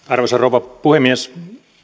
arvoisa rouva puhemies